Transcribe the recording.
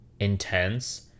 intense